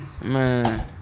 man